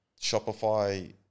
shopify